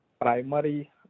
primary